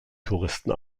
touristen